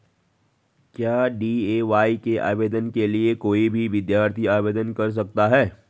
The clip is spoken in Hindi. क्या डी.ए.वाय के आवेदन के लिए कोई भी विद्यार्थी आवेदन कर सकता है?